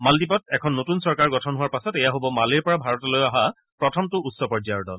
মালদ্বীপত এখন নতূন চৰকাৰ গঠন হোৱাৰ পাছত এয়া হ'ব মালেৰ পৰা ভাৰতলৈ অহা প্ৰথমটো উচ্চ পৰ্যায়ৰ দল